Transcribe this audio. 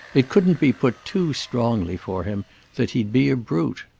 it couldn't be put too strongly for him that he'd be a brute.